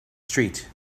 street